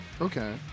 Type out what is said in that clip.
Okay